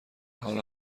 حال